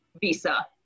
Visa